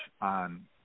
on